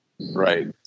right